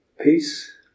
Peace